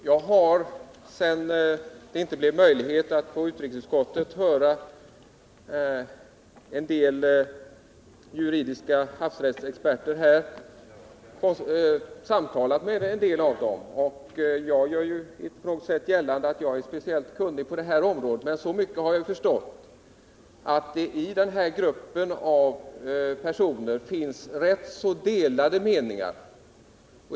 Fru talman! Sedan det inte blev möjligt att i utrikesutskottet höra havsrättsexperter, har jag på egen hand samtalat med en del sådana personer. Jag gör inte alls gällande att jag är speciellt kunnig på detta område, men så mycket har jag förstått att den gruppen av personer har rätt delade meningar.